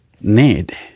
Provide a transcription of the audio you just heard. need